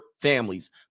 families